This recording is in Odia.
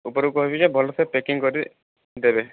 ଉପରକୁ କହିବି ଯେ ଭଲ ସେ ପ୍ୟାକିଂ କରିକି ଦେବେ